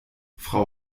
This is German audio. frau